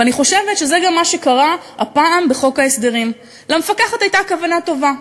ואני חושבת שזה גם מה שקרה הפעם בחוק ההסדרים: למפקחת הייתה כוונה טובה,